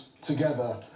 together